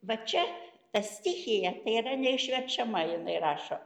va čia ta stichija tai yra neišverčiama jinai rašo